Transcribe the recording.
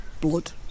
blood